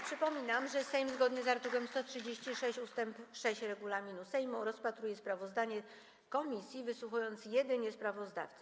Przypominam, że Sejm zgodnie z art. 136 ust. 6 regulaminu Sejmu rozpatruje sprawozdanie komisji, wysłuchując jedynie sprawozdawcy.